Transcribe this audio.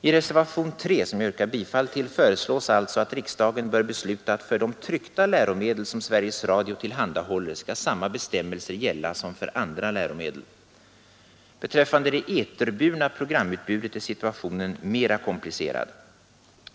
I reservationen 3, som jag yrkar bifall till, föreslås alltså att riksdagen bör besluta att samma bestämmelser skall gälla för de tryckta läromedel som Sveriges Radio tillhandahåller som för andra läromedel. I fråga om det eterburna programutbudet är situationen mera komplicerad.